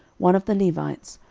one of the levites,